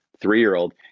three-year-old